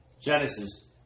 Genesis